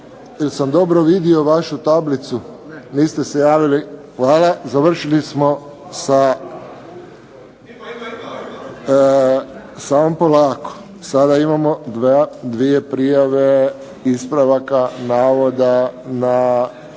jesam dobro vidio vašu tablicu? Niste se javili. Hvala. Završili smo sa samo polako. Sada imamo dvije prijave ispravaka navoda na